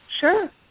Sure